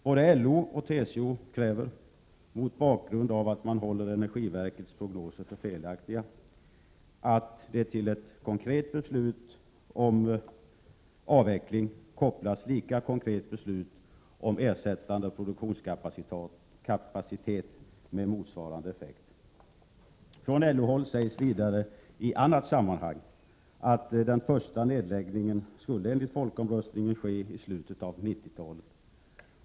Både LO och TCO kräver — mot bakgrund av att man håller energiverkets prognoser för felaktiga — att det till ett konkret beslut om avveckling kopplas lika konkret beslut om ersättande produktionskapacitet med motsvarande effekt. Från LO-håll sägs vidare i annat sammanhang att den första nedläggningen skulle enligt folkomröstningen ske i slutet av 1990-talet.